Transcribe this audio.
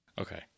Okay